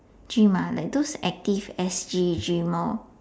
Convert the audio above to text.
gym ah like those active S_G gym lor